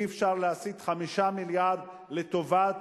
אי-אפשר להסיט 5 מיליארד לטובת